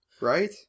Right